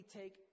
take